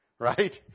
right